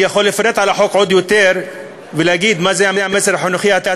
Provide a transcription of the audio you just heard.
אני יכול לפרט על החוק עוד יותר ולהגיד מה המסר החינוכי-התרבותי,